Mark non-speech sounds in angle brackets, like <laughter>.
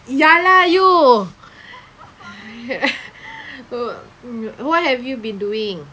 ya lah you <laughs> wh~ wh~ what have you been doing